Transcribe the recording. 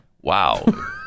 Wow